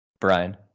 Brian